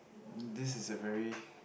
this is a very